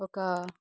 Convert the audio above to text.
ఒక